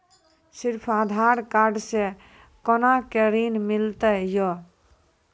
सिर्फ आधार कार्ड से कोना के ऋण मिलते यो?